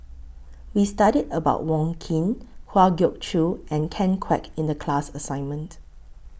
We studied about Wong Keen Kwa Geok Choo and Ken Kwek in The class assignment